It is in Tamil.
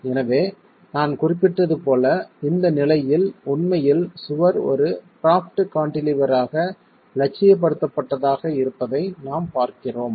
எனவே நான் குறிப்பிட்டது போல இந்த நிலையில் உண்மையில் சுவர் ஒரு ப்ராப்ட் கான்டிலீவராக இலட்சியப்படுத்தப்பட்டதாக இருப்பதை நாம் பார்க்கிறோம்